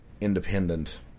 independent